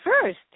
first